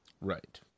Right